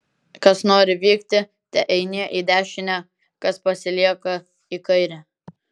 kas nori vykti teeinie į dešinę kas pasilieka į kairę